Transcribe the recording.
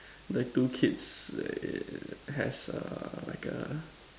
that two kids like has a like a